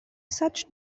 such